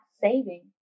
saving